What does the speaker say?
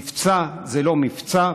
מבצע זה לא מבצע,